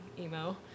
emo